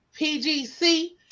PGC